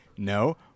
No